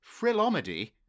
Frillomedy